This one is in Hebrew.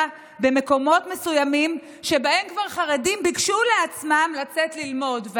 למקומות מסוימים שבהם כבר חרדים ביקשו לעצמם לצאת ללמוד,